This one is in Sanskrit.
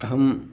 अहं